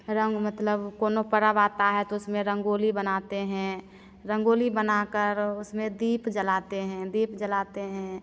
रंग मतलब कोनो पर्व आता है तो उसमें रंगोली बनाते हैं रंगोली बना कर उसमें दीप जलाते हैं दीप जलाते हैं